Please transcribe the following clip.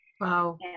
Wow